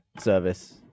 service